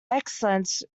excellence